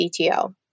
CTO